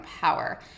power